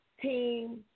team